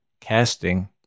casting